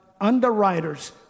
underwriters